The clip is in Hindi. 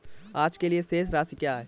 आज के लिए शेष राशि क्या है?